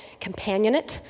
companionate